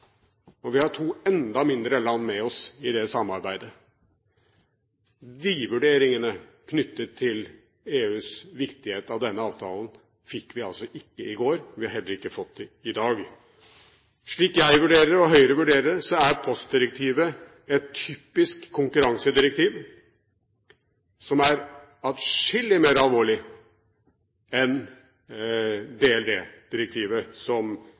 og vi har to enda mindre land med oss i det samarbeidet. De vurderingene knyttet til EUs viktighet med hensyn til denne avtalen fikk vi altså ikke i går. Vi har heller ikke fått dem i dag. Slik jeg vurderer det, og Høyre vurderer det, er postdirektivet et typisk konkurransedirektiv som er atskillig mer alvorlig enn